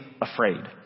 afraid